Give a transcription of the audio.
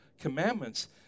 commandments